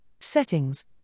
Settings